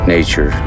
Nature